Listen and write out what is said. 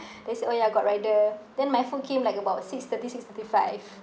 then said oh ya got rider then my food came like about six thirty six thirty five